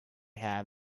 have